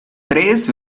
tres